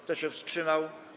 Kto się wstrzymał?